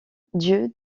dieu